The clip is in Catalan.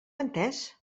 entès